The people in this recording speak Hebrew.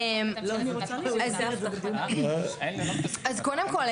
אז קודם כל,